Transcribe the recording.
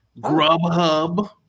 Grubhub